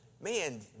man